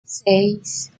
seis